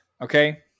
okay